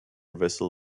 vessel